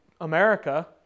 America